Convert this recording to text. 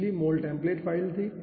पिछली Moltemplate file थी